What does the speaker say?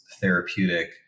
therapeutic